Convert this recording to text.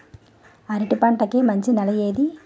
అరటి పంట కి మంచి నెల ఏది?